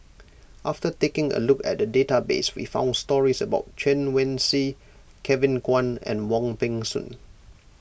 after taking a look at the database we found stories about Chen Wen Hsi Kevin Kwan and Wong Peng Soon